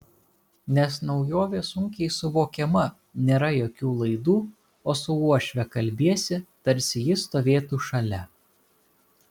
nes naujovė sunkiai suvokiama nėra jokių laidų o su uošve kalbiesi tarsi ji stovėtų šalia